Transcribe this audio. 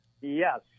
Yes